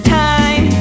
time